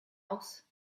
else